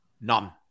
none